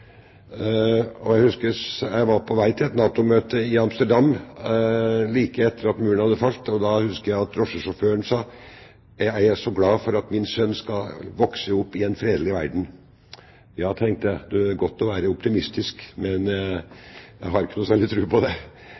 Jeg husker jeg var på vei til et NATO-møte i Amsterdam like etter at Muren hadde falt, og da husker jeg at drosjesjåføren sa: Jeg er så glad for at min sønn skal vokse opp i en fredelig verden. Ja, tenkte jeg, det er godt å være optimistisk, men jeg har ikke noen særlig tro på det.